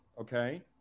okay